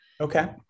Okay